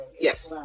yes